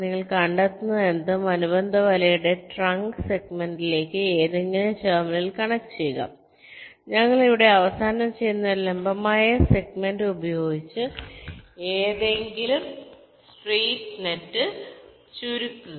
നിങ്ങൾ കണ്ടെത്തുന്നതെന്തും അനുബന്ധ വലയുടെ ട്രങ്ക് സെഗ്മെന്റിലേക്ക് ഏതെങ്കിലും ടെർമിനൽ കണക്റ്റുചെയ്യുക ഞങ്ങൾ ഇവിടെ അവസാനം ചെയ്യുന്ന ഒരു ലംബമായ സെഗ്മെന്റ് ഉപയോഗിച്ച് ഏതെങ്കിലും സ്പ്ലിറ്റ് നെറ്റ് ചുരുക്കുക